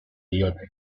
diote